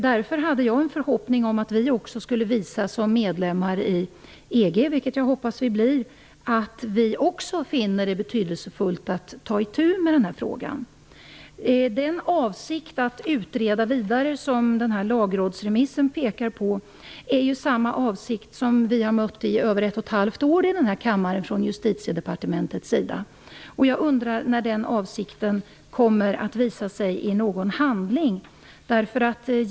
Därför hade jag en förhoppning om att vi som medlemmar i EG -- vilket jag hoppas att vi blir -- skulle visa att vi också finner det betydelsefullt att ta itu med den här frågan. Den avsikt att utreda vidare som den här lagrådsremissen pekar på är ju samma avsikt som vi här i kammaren i över ett och ett halvt år har mött från Justitiedepartementets sida. Jag undrar när den avsikten kommer att visa sig i någon handling.